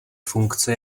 funkce